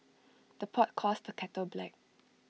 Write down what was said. the pot calls the kettle black